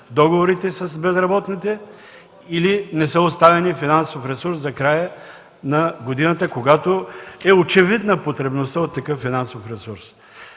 договорите с безработните, или не е оставен финансов ресурс за края на годината, когато е очевидна потребността от такъв финансов ресурс.